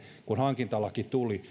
kun hankintalaki tuli